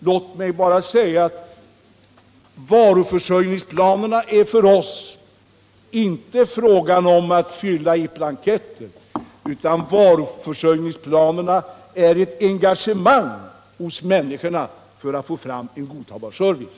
Låt mig nu bara säga att varuförsörjningsplanen för oss inte är en fråga om att fylla i blanketter, utan varuförsörjningsplanen gäller ett engagemang hos människorna för att få fram en godtagbar service.